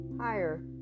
higher